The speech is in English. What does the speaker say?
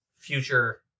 Future